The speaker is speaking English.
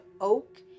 Oak